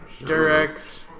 Durex